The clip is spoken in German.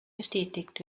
bestätigt